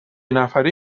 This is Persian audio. نفری